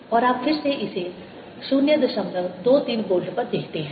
और आप फिर से इसे 023 वोल्ट पर देखते हैं